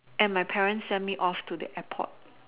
and my parents send me off to the airport